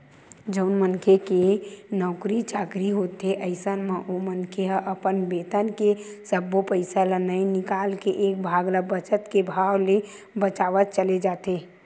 जउन मनखे के नउकरी चाकरी होथे अइसन म ओ मनखे ह अपन बेतन के सब्बो पइसा ल नइ निकाल के एक भाग ल बचत के भाव ले बचावत चले जाथे